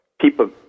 people